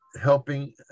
helping